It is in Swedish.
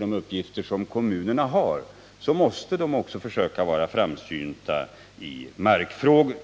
de uppgifter som kommunerna har måste de försöka vara framsynta i markfrågor.